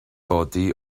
godi